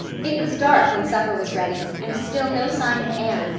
it was dark when supper was ready, and still no sign of anne,